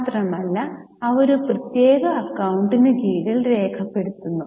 മാത്രമല്ല അവ ഒരു പ്രത്യേക അക്കൌ ണ്ടിനു കീഴിൽ രേഖപെടുത്തുന്നു